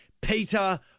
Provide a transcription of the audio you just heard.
Peter